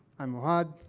i'm ohad.